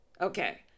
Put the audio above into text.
okay